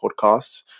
podcasts